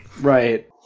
Right